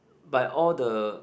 by all the